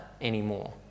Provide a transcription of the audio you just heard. anymore